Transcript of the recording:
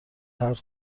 حرف